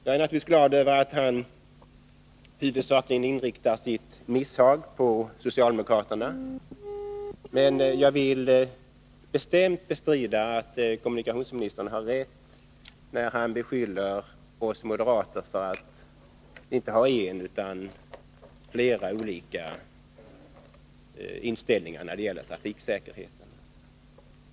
Jag är naturligtvis glad över att han inriktar sitt misshag huvudsakligen mot socialdemokraterna, men jag vill bestämt bestrida att kommunikationsministern har rätt när han beskyller oss moderater för att ha inte en utan flera olika inställningar när det gäller trafiksäkerhet.